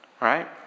Right